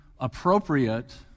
appropriate